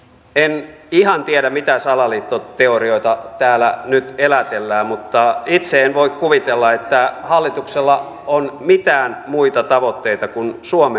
en ihan tiedä mitä salaliittoteorioita täällä nyt elätellään mutta itse en voi kuvitella että hallituksella on mitään muita tavoitteita kuin suomen paras